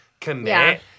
commit